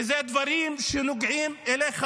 כי אלה דברים שנוגעים אליך.